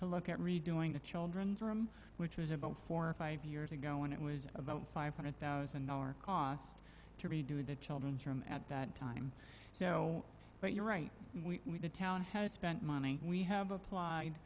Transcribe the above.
to look at redoing the children's room which was about four or five years ago and it was about five hundred thousand dollar cost to redo the children's room at that time so but you're right we did town has spent money we have applied